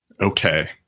Okay